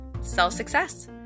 self-success